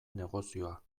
negozioa